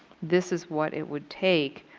this is what it would take.